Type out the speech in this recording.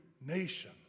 nation